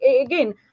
again